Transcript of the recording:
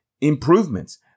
improvements